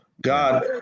God